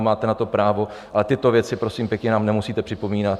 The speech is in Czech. Máte na to právo, ale tyto věci prosím pěkně nám nemusíte připomínat.